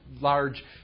large